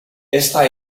esta